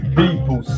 people